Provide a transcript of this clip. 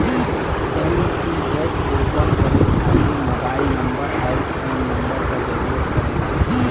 NPS open करे खातिर mobile number आउर पैन नंबर क जरुरत पड़ला